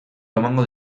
emango